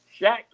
shaq